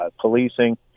policing